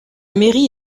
mairie